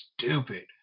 stupid